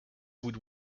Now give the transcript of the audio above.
would